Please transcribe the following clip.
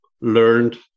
learned